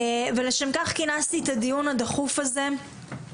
ולשם כך כינסתי את הדיון הדחוף הזה.